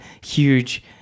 Huge